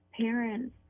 parents